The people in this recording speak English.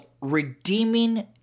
Redeeming